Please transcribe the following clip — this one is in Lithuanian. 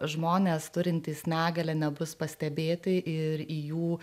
žmonės turintys negalią nebus pastebėti ir į jų